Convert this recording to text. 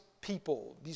people